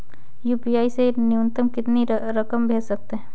UPI से न्यूनतम कितनी रकम भेज सकते हैं?